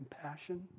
compassion